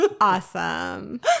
Awesome